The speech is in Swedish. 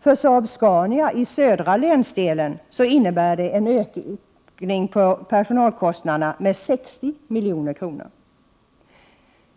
För Saab-Scania i södra länsdelen innebär det en ökning av personalkostnaderna med 60 milj.kr.